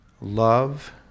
love